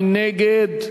מי נגד?